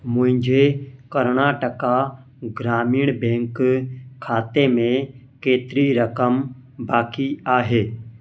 मुंहिंजे कर्नाटका ग्रामीण बैंक खाते में केतिरी रक़मु बाक़ी आहे